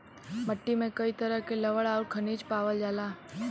मट्टी में कई तरह के लवण आउर खनिज पावल जाला